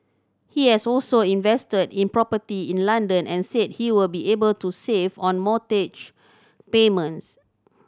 he has also invested in property in London and said he will be able to save on mortgage payments